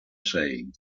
sei